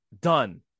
done